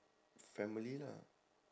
family lah